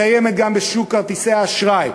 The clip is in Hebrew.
קיימת גם בשוק כרטיסי האשראי.